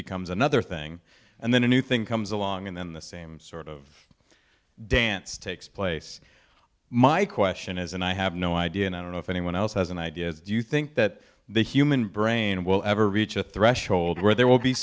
becomes another thing and then a new thing comes along and then the same sort of dance takes place my question is and i have no idea and i don't know if anyone else has an idea is do you think that the human brain will ever reach a threshold where there will be